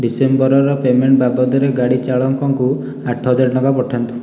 ଡିସେମ୍ବରର payment ବାବଦରେ ଗାଡ଼ି ଚାଳକଙ୍କୁ ଆଠହଜାର ଟଙ୍କା ପଠାନ୍ତୁ